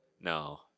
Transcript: No